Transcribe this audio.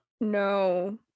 No